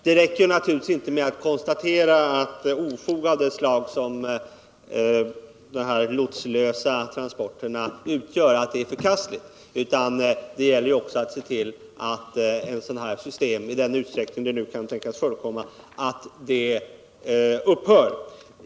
Det räcker naturligtvis inte med att konstatera att ofog av det slag som de lotslösa transporterna utgör är förkastligt — det gäller ju också att se till att ett sådant här system, i den utsträckning det nu kan tänkas förekomma, upphör.